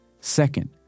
Second